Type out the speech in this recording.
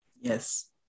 Yes